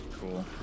Cool